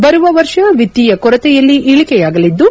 ಬರುವ ವರ್ಷ ವಿತ್ತೀಯ ಕೊರತೆಯಲ್ಲಿ ಇಳಿಕೆಯಾಗಲಿದ್ದು